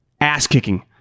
ass-kicking